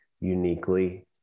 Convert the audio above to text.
uniquely